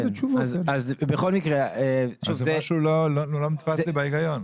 כן, אז בכל מקרה --- משהו לא נתפס לי בהיגיון.